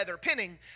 pinning